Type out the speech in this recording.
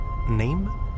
Name